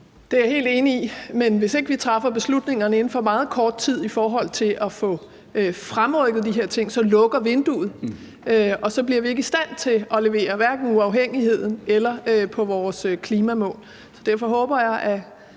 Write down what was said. Det er jeg helt enig i, men hvis ikke vi træffer beslutningerne inden for meget kort tid i forhold til at få fremrykket de her ting, lukker vinduet, og så bliver vi ikke i stand til at levere, hverken på uafhængigheden eller på vores klimamål. Derfor håber jeg, at